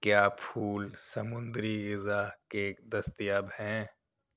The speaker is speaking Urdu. کیا پھول سمندری غذا کیک دستیاب ہیں